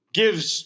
gives